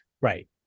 Right